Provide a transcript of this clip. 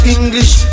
English